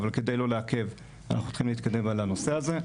אבל כדי לא לעכב אנחנו צריכים להתקדם על הנושא הזה.